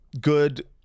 good